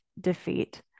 defeat